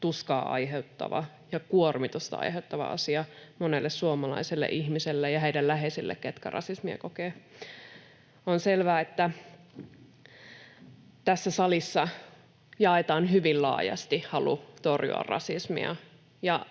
tuskaa aiheuttava ja kuormitusta aiheuttava asia monelle suomalaiselle ihmiselle ja heidän läheisilleen, jotka rasismia kokevat. On selvää, että tässä salissa jaetaan hyvin laajasti halu torjua rasismia,